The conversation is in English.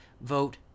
vote